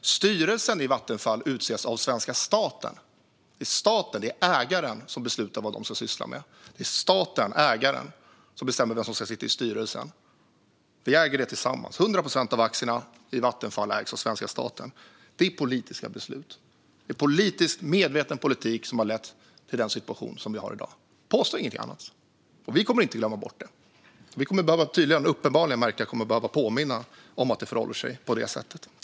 Styrelsen i Vattenfall utses av svenska staten. Det är staten, ägaren, som beslutar vad de ska syssla med. Det är staten, ägaren, som bestämmer vem som ska sitta i styrelsen. Vi äger det tillsammans; 100 procent av aktierna i Vattenfall ägs av svenska staten. Det är politiska beslut och en medveten politik som har lett till den situation vi har i dag. Påstå inget annat! Vi kommer inte att glömma bort det, och vi kommer uppenbarligen att behöva påminna om att det förhåller sig på detta sätt.